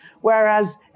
Whereas